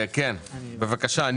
בסוף או